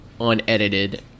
unedited